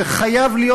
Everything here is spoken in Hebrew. שחייב להיות,